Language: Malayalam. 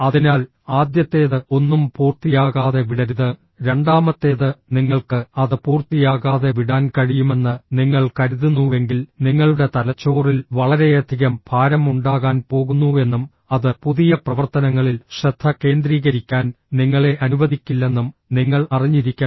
അതിനാൽ ആദ്യത്തേത് ഒന്നും പൂർത്തിയാകാതെ വിടരുത് രണ്ടാമത്തേത് നിങ്ങൾക്ക് അത് പൂർത്തിയാകാതെ വിടാൻ കഴിയുമെന്ന് നിങ്ങൾ കരുതുന്നുവെങ്കിൽ നിങ്ങളുടെ തലച്ചോറിൽ വളരെയധികം ഭാരം ഉണ്ടാകാൻ പോകുന്നുവെന്നും അത് പുതിയ പ്രവർത്തനങ്ങളിൽ ശ്രദ്ധ കേന്ദ്രീകരിക്കാൻ നിങ്ങളെ അനുവദിക്കില്ലെന്നും നിങ്ങൾ അറിഞ്ഞിരിക്കണം